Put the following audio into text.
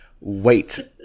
wait